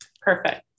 Perfect